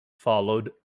followed